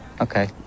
Okay